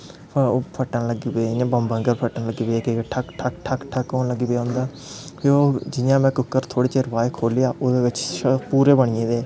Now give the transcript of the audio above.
ओह् फट्टन लगी पे इयां बंम्बै आंह्गर फट्टन लगी पे इक्कै बारी ठक ठक ठक ठीक होन लगी पेआ उं'दा जियां में कुक्कर थोह्ड़े चिर बाद खोल्लआ ओह्दे बिच्च पूरे बनी गेदे हे